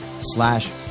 slash